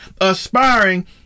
Aspiring